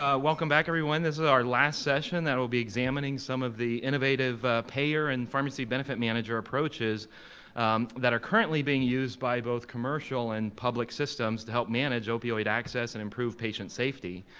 ah welcome back, everyone. this is our last session that'll be examining some of the innovative payer and pharmacy benefit manager approaches that are currently being used by both commercial and public systems to help manage opioid access and improve patient safety.